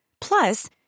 Plus